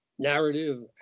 narrative